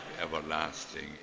everlasting